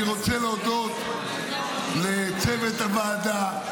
אני רוצה להודות לצוות הוועדה,